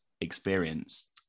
experience